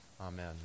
Amen